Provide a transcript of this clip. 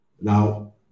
Now